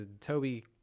Toby